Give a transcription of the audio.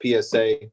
PSA